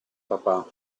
papà